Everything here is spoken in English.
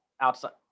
Outside